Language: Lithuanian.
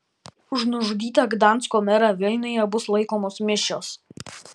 už nužudytą gdansko merą vilniuje bus laikomos mišios